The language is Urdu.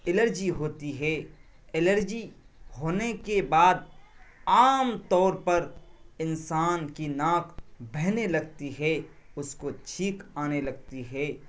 الرجی ہوتی ہے الرجی ہونے کے بعد عام طور پر انسان کی ناک بہنے لگتی ہے اس کو چھینک آنے لگتی ہے